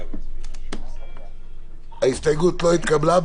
הצבעה ההסתייגות לא התקבלה.